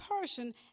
person